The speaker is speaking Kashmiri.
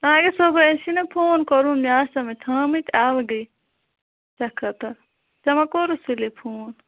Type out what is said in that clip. آ اگر صُبحٲے آسہی نہ فون کوٚرمُت مےٚ آسہا نٔے تھٲمٕتۍ الگٕے ژےٚ خٲطر ژےٚ مہَ کوٚرُتھ سُلے فون